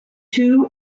two